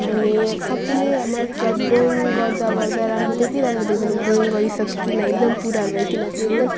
अनि सबैले मतलब ड्रइङ गर्दा गर्दा राम्रो त्यत्ति राम्रो देख्दैन ड्रइङ गरिसकिकन एकदम पुरा भइकन चाहिँ एकदम